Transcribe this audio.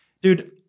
dude